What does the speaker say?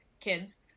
kids